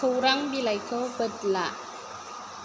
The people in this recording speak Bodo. खौरां बिलाइखौ बोद्ला